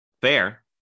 Fair